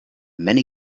many